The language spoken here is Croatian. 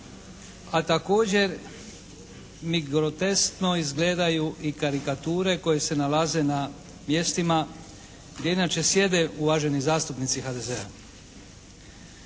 a također mi groteskno izgledaju i karikature koje se nalaze na mjestima gdje inače sjede uvaženi zastupnici HDZ-a.